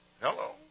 Hello